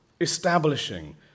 establishing